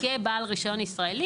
כבעל רישיון ישראלי,